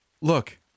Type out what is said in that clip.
Look